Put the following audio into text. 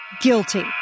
Guilty